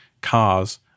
cars